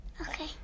Okay